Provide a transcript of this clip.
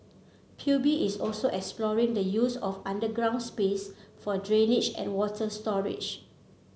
P U B is also exploring the use of underground space for drainage and water storage